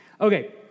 Okay